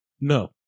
No